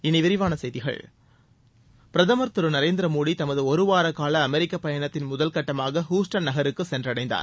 இனி விரிவான செய்திகள் பிரதமர் திரு நரேந்திரமோடி தமது ஒருவார கால அமெரிக்க பயணத்தின் முதல் கட்டமாக ஹூஸ்டன் நகருக்கு சென்றடைந்தார்